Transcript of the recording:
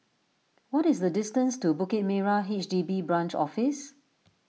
what is the distance to Bukit Merah H D B Branch Office